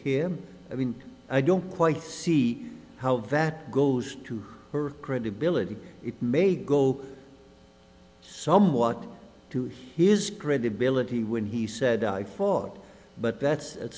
him i mean i don't quite see how that goes to her credibility it may go somewhat to his credibility when he said i fought but that's a